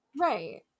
right